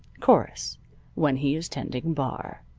chorus when he is tending bar.